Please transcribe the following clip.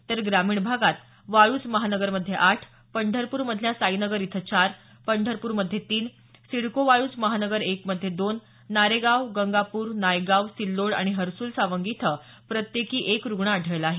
तर ग्रामीण भागात वाळूज महानगरमध्ये आठ पंढरपूर मधल्या साईनगर इथं चार पंढरपूरमध्ये तीन सिडको वाळूज महानगर एकमध्ये दोन नारेगाव गंगापूर नायगाव सिल्लोड आणि हर्सुल सावंगी इथं प्रत्येकी एक रुग्ण आढळला आहे